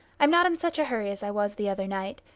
i'm not in such a hurry as i was the other night.